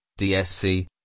DSC